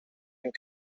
and